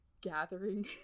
gathering